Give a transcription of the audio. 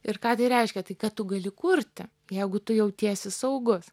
ir ką tai reiškia tai kad tu gali kurti jeigu tu jautiesi saugus